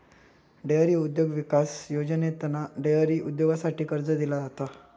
dairy उद्योग विकास योजनेतना डेअरी उद्योगासाठी कर्ज दिला जाता